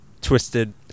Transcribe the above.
twisted